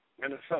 Minnesota